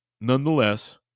nonetheless